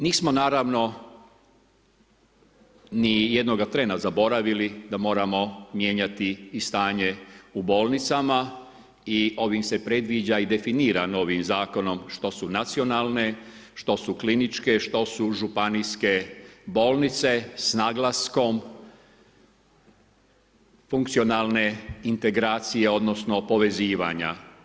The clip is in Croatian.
Nismo naravno nijednoga trena zaboravili da moramo mijenjati i stanje u bolnicama i ovim se predviđa i definira novim zakonom što su nacionalne, što su kliničke, što su županijske bolnice s naglaskom funkcionalne integracije, odnosno povezivanja.